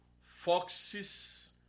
Foxes